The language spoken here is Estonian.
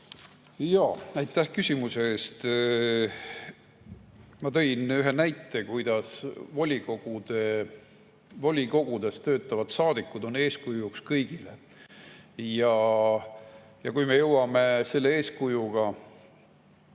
Aitäh küsimuse eest! Ma tõin ühe näite, kuidas volikogudes töötavad saadikud on eeskujuks kõigile. Ja kui me jõuame eeskujuks